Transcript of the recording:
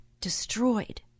destroyed